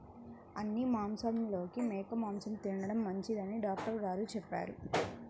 అన్ని మాంసాలలోకి మేక మాసం తిండం మంచిదని డాక్టర్ గారు చెప్పారు